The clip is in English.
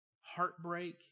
heartbreak